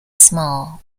small